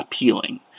appealing